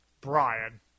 Brian